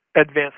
advanced